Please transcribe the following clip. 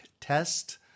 test